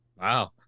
Wow